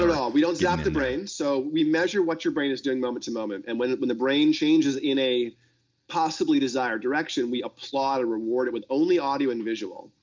sort of all. we don't zap the brain. so we measure what your brain is doing moment to moment, and when when the brain changes in a possibly desired direction, we applaud and reward it with only audio and visual,